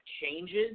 changes